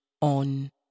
on